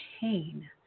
pain